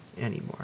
Anymore